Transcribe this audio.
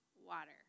water